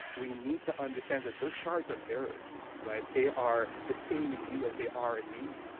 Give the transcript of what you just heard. we need to understand that those shards are mirrors, right? they are the same in you as they are in me.